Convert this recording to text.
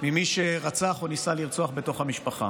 של מי שרצח או ניסה לרצוח בתוך המשפחה.